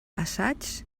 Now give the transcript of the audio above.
assaigs